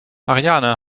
ariane